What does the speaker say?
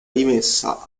rimessa